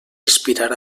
respirar